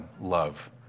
love